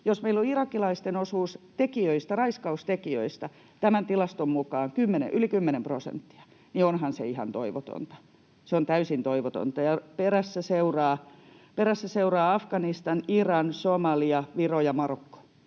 Jos meillä on irakilaisten osuus tekijöistä, raiskausten tekijöistä, tämän tilaston mukaan yli 10 prosenttia, niin onhan se ihan toivotonta. Se on täysin toivotonta, ja perässä seuraavat Afganistan, Iran, Somalia, Viro ja Marokko